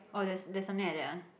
oh there's there's something like that ah